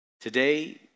Today